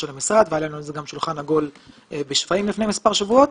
והיה לנו על זה גם שולחן עגול בשפיים לפני מספר שבועות.